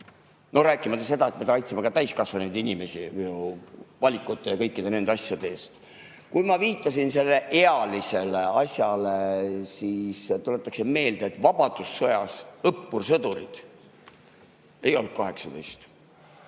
Rääkimata sellest, et me kaitseme ka täiskasvanud inimesi valikute ja kõikide nende asjade eest. Kui ma viitasin ealisele asjale, siis tuletaksin meelde, et vabadussõjas õppursõdurid ei olnud 18,